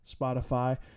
Spotify